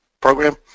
program